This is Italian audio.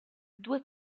due